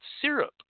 syrup